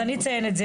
אז אני אציין את זה,